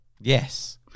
Yes